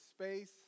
space